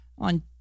on